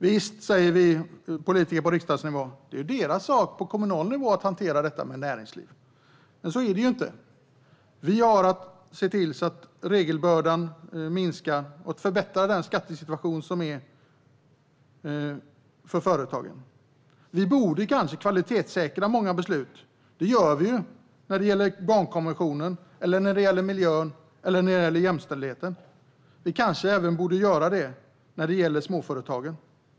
Visst, säger vi politiker på riksdagsnivå, detta med näringslivet är en sak att hantera på kommunal nivå. Men så är det inte. Vi har att se till att regelbördan minskar och förbättra skattesituationen för företagen. Vi borde kanske kvalitetssäkra många beslut. Det gör vi ju när det gäller barnkonventionen, miljö eller jämställdhet, och vi kanske även borde göra det när det gäller småföretagen.